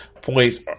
points